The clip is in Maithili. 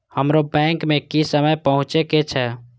हमरो बैंक में की समय पहुँचे के छै?